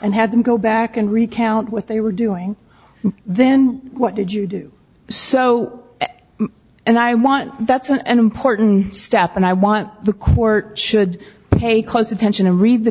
and had them go back and recount what they were doing and then what did you do so and i want that's an important step and i want the court should pay close attention and read the